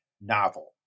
novel